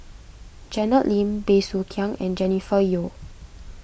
Janet Lim Bey Soo Khiang and Jennifer Yeo